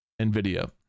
Nvidia